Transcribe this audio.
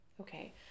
Okay